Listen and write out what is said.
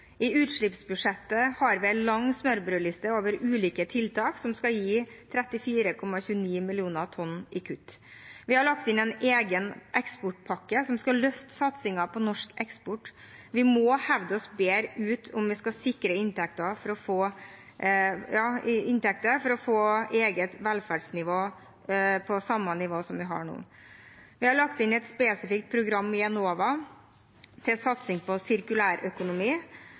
I utslippsbudsjettet har vi en lang smørbrødliste over ulike tiltak, som skal gi 34,29 millioner tonn i kutt. Vi har lagt inn en egen eksportpakke, som skal løfte satsingen på norsk eksport. Vi må hevde oss bedre ute om vi skal sikre inntekter for å få eget velferdsnivå på samme nivå som vi har nå. Vi har lagt inn et spesifikt program i Enova til satsing på sirkulærøkonomi.